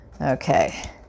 Okay